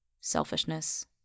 selfishness